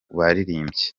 baririmbyi